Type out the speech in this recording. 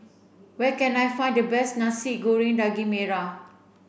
where can I find the best Nasi Goreng Daging Merah